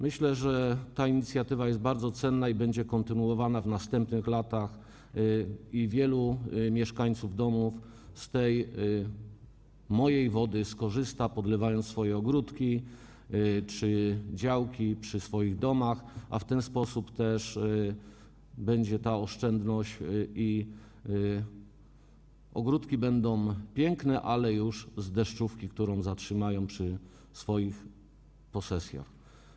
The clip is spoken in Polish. Myślę, że ta inicjatywa jest bardzo cenna, będzie kontynuowana w następnych latach i wielu mieszkańców domów z tej „Mojej wody” skorzysta, podlewając ogródki czy działki przy swoich domach - a w ten sposób będzie też ta oszczędność i ogródki będą piękne - deszczówką, którą zatrzymają przy swoich posesjach.